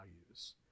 values